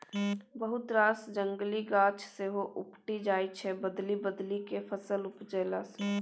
बहुत रास जंगली गाछ सेहो उपटि जाइ छै बदलि बदलि केँ फसल उपजेला सँ